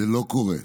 זה לא קורה.